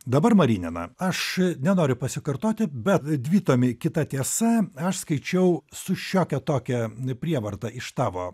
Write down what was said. dabar marinina aš nenoriu pasikartoti bet dvitomį kit tiesa aš skaičiau su šiokia tokia prievarta iš tavo